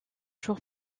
jours